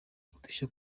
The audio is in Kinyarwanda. udushya